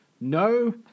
No